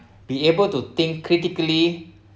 be able to think critically